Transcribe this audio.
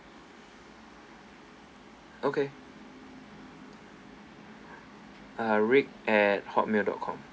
okay uh rick at hotmail dot com